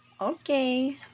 Okay